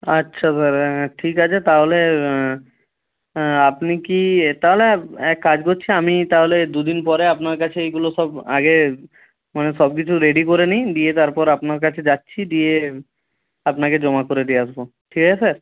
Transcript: আচ্ছা স্যার ঠিক আছে তাহলে আপনি কি তাহলে এক কাজ করছি আমি তাহলে দুদিন পরে আপনার কাছে এইগুলো সব আগে মানে সবকিছু রেডি করে নিই দিয়ে তারপর আপনার কাছে যাচ্ছি দিয়ে আপনাকে জমা করে দিয়ে আসবো ঠিক আছে স্যার